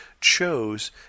chose